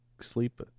sleep